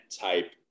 type